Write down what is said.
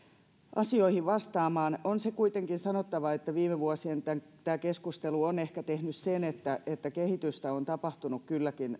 asioihin vastaamaan on kuitenkin sanottava että tämä viime vuosien keskustelu on ehkä tehnyt sen että saattohoidon saralla on kylläkin